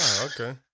okay